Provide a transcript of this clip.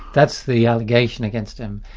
that's the allegation against him.